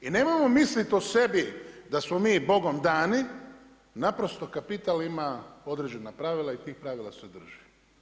I nemojmo misliti o sebi da smo mi bogom dani, naprosto, kapital ima određenih pravila i tih pravila se držimo.